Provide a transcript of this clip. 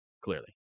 clearly